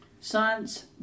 Science